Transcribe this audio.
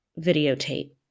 videotape